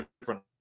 different